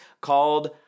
called